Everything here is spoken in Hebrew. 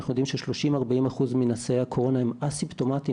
אנחנו יודעים ש-30% 40% מנשאי הקורונה הם אסימפטומטיים,